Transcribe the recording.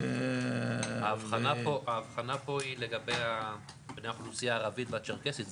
האבחנה פה היא לגבי האוכלוסייה הערבית והצ'רקסית,